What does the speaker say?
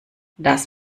das